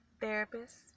therapist